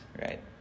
right